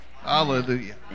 hallelujah